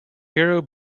hero